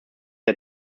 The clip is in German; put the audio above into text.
der